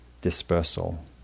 dispersal